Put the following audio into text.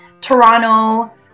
Toronto